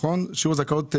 מעלות,